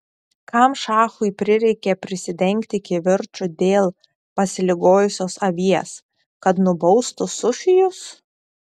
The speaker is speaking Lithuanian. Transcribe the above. kam šachui prireikė prisidengti kivirču dėl pasiligojusios avies kad nubaustų sufijus